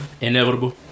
Inevitable